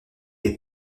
les